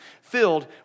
filled